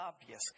obvious